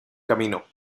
camino